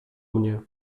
mnie